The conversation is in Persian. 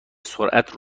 سرعت